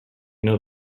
know